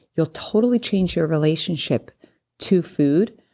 it'll totally change your relationship to food.